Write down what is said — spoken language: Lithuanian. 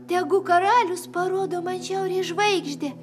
tegu karalius parodo man šiaurės žvaigždę